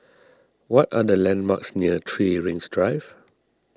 what are the landmarks near three Rings Drive